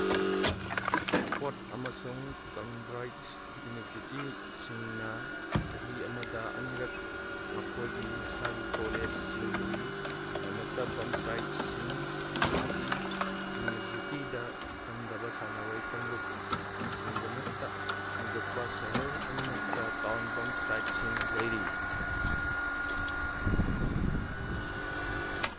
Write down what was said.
Oxford ꯑꯃꯁꯨꯡ Cambridge ꯌꯨꯅꯤꯚꯔꯁꯤꯇꯤꯁꯤꯡꯅ ꯆꯍꯤ ꯑꯃꯗ ꯑꯅꯤꯔꯛ ꯃꯈꯣꯏꯒꯤ ꯃꯁꯥꯒꯤ ꯀꯣꯂꯦꯖꯁꯤꯡꯒꯤꯗꯃꯛꯇ ꯕꯝꯁꯇ꯭ꯔꯥꯏꯠꯁꯤꯡ ꯄꯥꯡꯊꯣꯛꯏ ꯌꯨꯅꯤꯚꯔꯁꯤꯇꯤꯗ ꯇꯝꯗꯕ ꯁꯥꯟꯅꯔꯣꯏ ꯀꯥꯡꯂꯨꯞ ꯁꯤꯡꯒꯤꯗꯃꯛꯇ ꯍꯥꯡꯗꯣꯛꯄ ꯁꯍꯔ ꯑꯅꯤꯃꯛꯇ ꯇꯥꯎꯟ ꯕꯝꯁꯇ꯭ꯔꯥꯏꯠꯁꯤꯡ ꯂꯩꯔꯤ